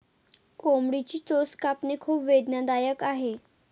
कोंबडीची चोच कापणे खूप वेदनादायक आहे